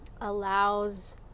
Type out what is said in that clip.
allows